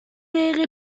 دقیقه